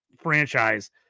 franchise